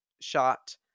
shot